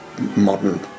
modern